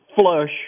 flush